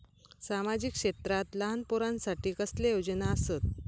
सामाजिक क्षेत्रांत लहान पोरानसाठी कसले योजना आसत?